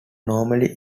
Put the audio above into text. normally